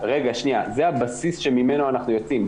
שניה, זה הבסיס שממנו אנחנו יוצאים.